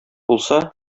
булса